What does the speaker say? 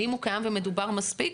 האם הוא קיים ומדובר מספיק?